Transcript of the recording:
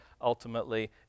ultimately